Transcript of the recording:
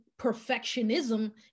perfectionism